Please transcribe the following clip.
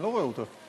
אני לא רואה אותה,